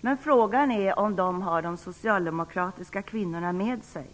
Men frågan är om de har de socialdemokratiska kvinnorna med sig.